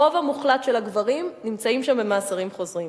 הרוב המוחלט של הגברים נמצאים שם במאסרים חוזרים.